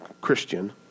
Christian